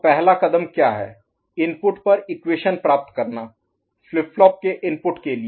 तो पहला कदम क्या है इनपुट पर इक्वेशन प्राप्त करना फ्लिप फ्लॉप के इनपुट के लिए